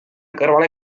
kõrvale